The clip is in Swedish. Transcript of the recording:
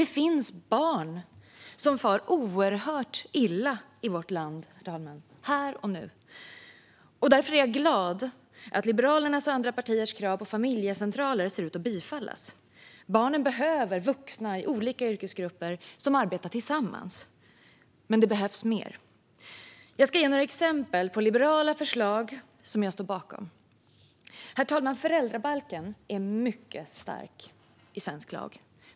Det finns barn som far oerhört illa i vårt land här och nu. Därför är jag glad att Liberalernas och andra partiers krav på familjecentraler ser ut att bifallas. Barnen behöver vuxna i olika yrkesgrupper som arbetar tillsammans, men det behövs mer. Jag ska ge några exempel på liberala förslag som jag står bakom. Herr talman! Föräldrabalken är mycket stark i svensk lag.